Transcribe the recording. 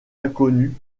inconnus